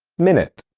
minute,